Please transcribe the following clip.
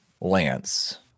lance